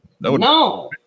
No